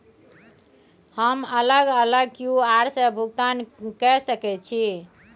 हम अलग अलग क्यू.आर से भुगतान कय सके छि?